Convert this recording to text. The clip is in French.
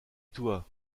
toi